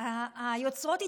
היוצרות התהפכו,